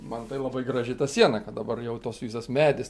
man tai labai graži ta siena kad dabar jau tos visos medis